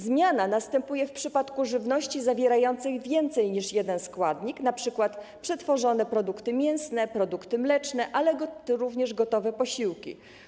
Zmiana następuje w przypadku żywności zawierającej więcej niż jeden składnik, np. przetworzone produkty mięsne, produkty mleczne, ale również gotowe posiłki.